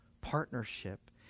Partnership